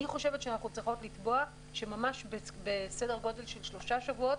אני חושבת שאנחנו צריכות לתבוע שממש בסדר גודל של שלושה שבועות